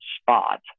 spot